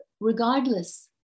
regardless